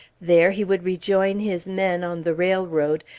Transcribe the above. there he would rejoin his men, on the railroad,